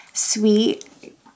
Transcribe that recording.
sweet